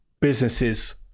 businesses